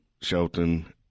Shelton